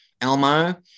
Elmo